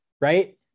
right